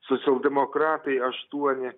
socialdemokratai aštuoni